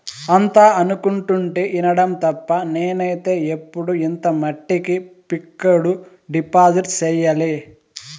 అంతా అనుకుంటుంటే ఇనడం తప్ప నేనైతే ఎప్పుడు ఇంత మట్టికి ఫిక్కడు డిపాజిట్ సెయ్యలే